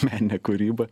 meninę kūrybą